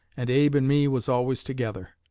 and abe and me was always together.